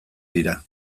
dira